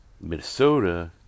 Minnesota